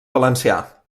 valencià